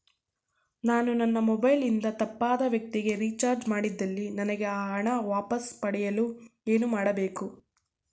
ನಾನು ನನ್ನ ಮೊಬೈಲ್ ಇಂದ ತಪ್ಪಾದ ವ್ಯಕ್ತಿಗೆ ರಿಚಾರ್ಜ್ ಮಾಡಿದಲ್ಲಿ ನನಗೆ ಆ ಹಣ ವಾಪಸ್ ಪಡೆಯಲು ಏನು ಮಾಡಬೇಕು?